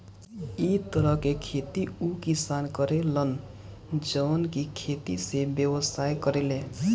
इ तरह के खेती उ किसान करे लन जवन की खेती से व्यवसाय करेले